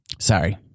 Sorry